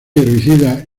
herbicidas